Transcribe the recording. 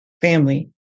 family